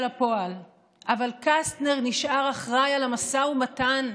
לפועל אבל קסטנר נשאר אחראי למשא ומתן.